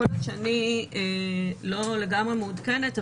יכול להיות שאני לא לגמרי מעודכנת,